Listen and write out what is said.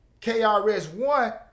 KRS-One